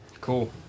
Cool